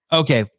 okay